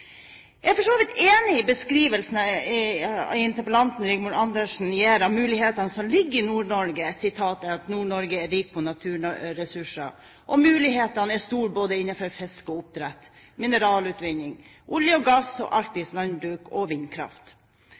Jeg er enig i beskrivelsen interpellanten Rigmor Andersen Eide gir av mulighetene som ligger i Nord-Norge: «Nord-Norge er rikt på naturressurser, og mulighetene er store både innen fisk og oppdrett, mineralutvinning, olje og gass, arktisk landbruk og vindkraft.»